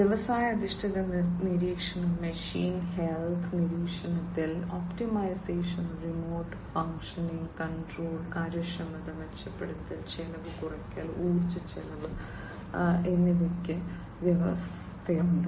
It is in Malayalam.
വ്യവസ്ഥാധിഷ്ഠിത നിരീക്ഷണം മെഷീൻ ഹെൽത്ത് നിരീക്ഷിക്കൽ ഒപ്റ്റിമൈസേഷൻ റിമോട്ട് ഫംഗ്ഷൻ കൺട്രോൾ കാര്യക്ഷമത മെച്ചപ്പെടുത്തൽ ചെലവ് കുറയ്ക്കൽ ഊർജ്ജ ചെലവ് എന്നിവയ്ക്ക് വ്യവസ്ഥയുണ്ട്